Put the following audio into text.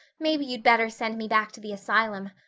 maybe you'd better send me back to the asylum.